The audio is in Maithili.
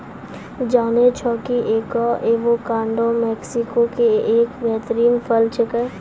जानै छौ कि एवोकाडो मैक्सिको के एक बेहतरीन फल छेकै